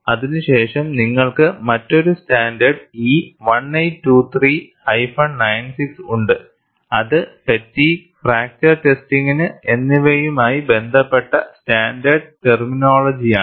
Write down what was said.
അതിനുശേഷം നിങ്ങൾക്ക് മറ്റൊരു സ്റ്റാൻഡേർഡ് E 1823 96 ഉണ്ട് അത് ഫാറ്റിഗ് ഫ്രാക്ചർ ടെസ്റ്റിംഗ് എന്നിവയുമായി ബന്ധപ്പെട്ട സ്റ്റാൻഡേർഡ് ടെർമിനോളജിയാണ്